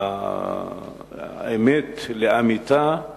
האמת לאמיתה היא